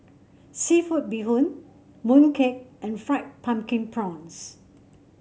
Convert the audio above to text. seafood Bee Hoon mooncake and Fried Pumpkin Prawns